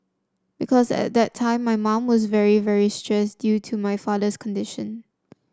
because at the time my mum was very very stressed due to my father's condition